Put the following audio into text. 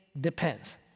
depends